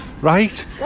Right